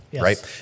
right